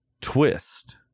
twist